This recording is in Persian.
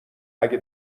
اگه